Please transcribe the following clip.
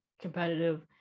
competitive